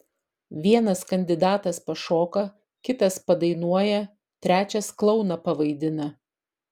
vienas kandidatas pašoka kitas padainuoja trečias klouną pavaidina